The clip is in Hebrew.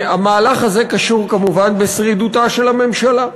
המהלך הזה קשור כמובן בשרידותה של הממשלה.